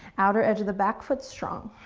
outer edge of the back foot strong.